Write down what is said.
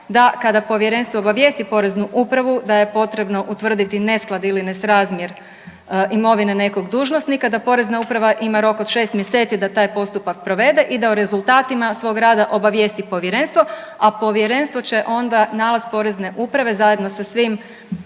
da kada povjerenstvo obavijesti poreznu upravu da je potrebno utvrditi nesklad ili nesrazmjer imovine nekog dužnosnika da porezna uprava ima rok od 6 mjeseci da taj postupak provede i da o rezultatima svog rada obavijesti povjerenstvo, a povjerenstvo će onda nalaz porezne uprave zajedno sa svim